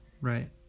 Right